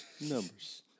Numbers